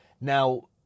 Now